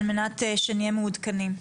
על-מנת שנהיה מעודכנים.